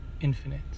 infinite